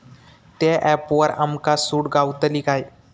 त्या ऍपवर आमका सूट गावतली काय?